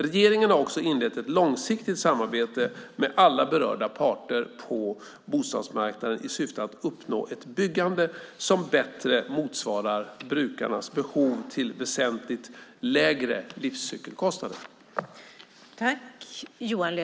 Regeringen har också inlett ett långsiktigt samarbete med alla berörda parter på bostadsmarknaden i syfte att uppnå ett byggande som bättre motsvarar brukarnas behov till väsentligt lägre livscykelkostnader. Då Leif Jakobsson, som framställt interpellation 2009/10:427, anmält att han var förhindrad att närvara vid sammanträdet medgav andre vice talmannen att Carina Moberg fick ta emot svaret även på denna interpellation.